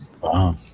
Wow